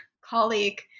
colleague